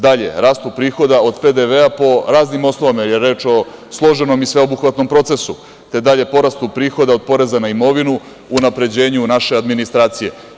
Dalje, rastu prihoda od PDV po raznim osnovama je reč o složenom i sveobuhvatnom procesu, dalje porastu prihoda od poreza na imovinu, unapređenje naše administracije.